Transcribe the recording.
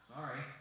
Sorry